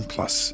Plus